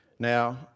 Now